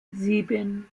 sieben